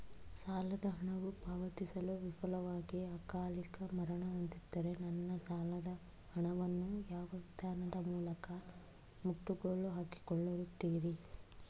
ಸಾಲದ ಹಣವು ಪಾವತಿಸಲು ವಿಫಲವಾಗಿ ಅಕಾಲಿಕ ಮರಣ ಹೊಂದಿದ್ದರೆ ನನ್ನ ಸಾಲದ ಹಣವನ್ನು ಯಾವ ವಿಧಾನದ ಮೂಲಕ ಮುಟ್ಟುಗೋಲು ಹಾಕಿಕೊಳ್ಳುತೀರಿ?